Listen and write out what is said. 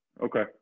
Okay